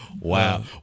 Wow